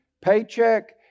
paycheck